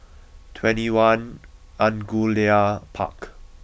twenty one Angullia Park